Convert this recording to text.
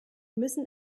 müssen